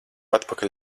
atpakaļ